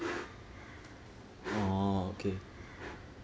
oh okay